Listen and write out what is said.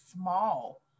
small